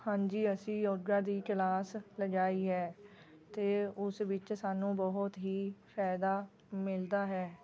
ਹਾਂਜੀ ਅਸੀਂ ਯੋਗਾ ਦੀ ਕਲਾਸ ਲਗਾਈ ਹੈ ਅਤੇ ਉਸ ਵਿੱਚ ਸਾਨੂੰ ਬਹੁਤ ਹੀ ਫਾਇਦਾ ਮਿਲਦਾ ਹੈ